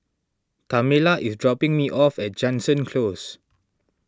Tamela is dropping me off at Jansen Close